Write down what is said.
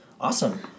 Awesome